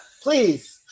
Please